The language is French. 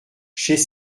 chez